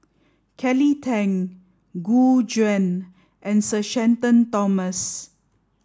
Kelly Tang Gu Juan and Sir Shenton Thomas